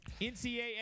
ncaa